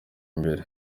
mbere